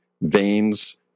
Veins